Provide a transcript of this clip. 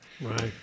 Right